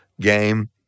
game